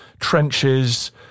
trenches